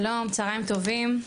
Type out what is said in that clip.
שלום, צוהריים טובים.